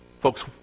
Folks